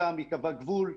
שם ייקבע גבול.